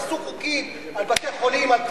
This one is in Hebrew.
תעשו חוקים על בתי-חולים, על כבישים,